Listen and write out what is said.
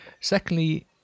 secondly